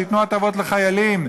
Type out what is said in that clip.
שייתנו הטבות לחיילים,